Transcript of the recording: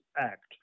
Act